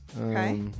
Okay